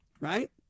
Right